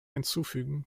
hinzufügen